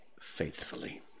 faithfully